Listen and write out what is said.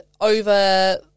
over –